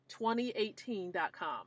2018.com